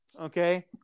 Okay